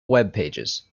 webpages